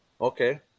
Okay